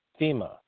FEMA